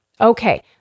Okay